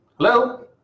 Hello